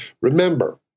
remember